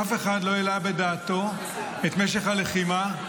אף אחד לא העלה בדעתו את משך הלחימה,